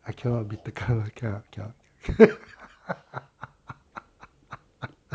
I cannot be tekan [one] I cannot I cannot